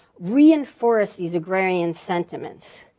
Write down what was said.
reinforce these agrarian sentiments.